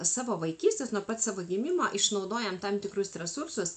savo vaikystės nuo pat savo gimimo išnaudojam tam tikrus resursus